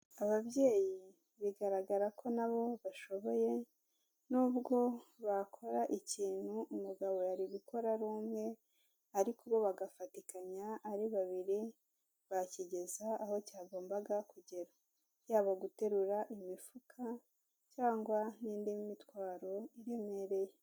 Ababyeyi bigaragara ko na bo bashoboye nubwo bakora ikintu umugabo yari gukora ari umwe ariko bo bagafatikanya ari babiri bakigeza aho cyagombaga kugera. Yaba guterura imifuka cyangwa n'indi mitwaro iremereye.